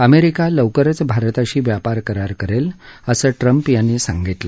America लवकरच भारताशी व्यापार करार करेल असं ट्रंप यांनी सांगितलं